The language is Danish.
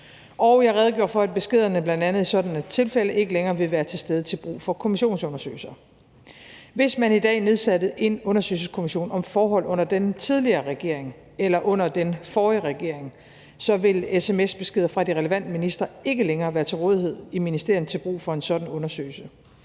Og jeg redegjorde for, at beskederne bl.a. i sådanne tilfælde ikke længere vil være til stede til brug for kommissionsundersøgelser. Hvis man i dag nedsatte en undersøgelseskommission om forhold under den tidligere regering eller under regeringen før den, vil sms-beskeder fra de relevante ministre ikke længere være til rådighed i ministerierne til brug for en sådan undersøgelse.